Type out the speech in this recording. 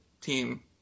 team